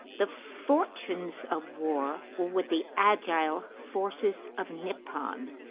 the fortunes of war were with the agile forces of nippon.